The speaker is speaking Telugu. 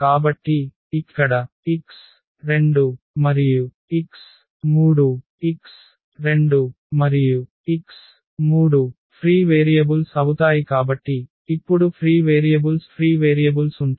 కాబట్టి ఇక్కడ x2 మరియు x3 x2 మరియు x3 ఫ్రీ వేరియబుల్స్ అవుతాయి కాబట్టి ఇప్పుడు ఫ్రీ వేరియబుల్స్ ఫ్రీ వేరియబుల్స్ ఉంటాయి